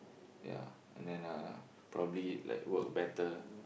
ya and then uh probably like work better